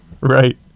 right